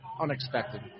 unexpected